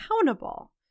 accountable